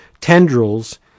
tendrils